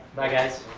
bye guys.